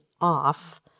off